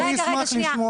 רגע שנייה,